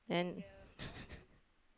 and